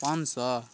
पाँच सए